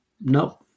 No